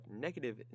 negative